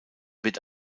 wird